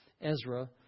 Ezra